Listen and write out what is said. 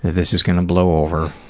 this is gonna blow over.